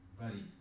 buddy